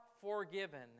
forgiven